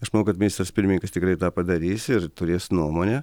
aš manau kad ministras pirmininkas tikrai tą padarys ir turės nuomonę